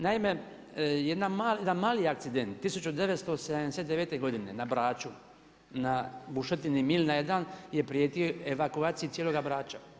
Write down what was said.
Naime, jedan mali akcident 1979. na Braču na bušotini Milna 1 je prijetio evakuaciji cijeloga Brača.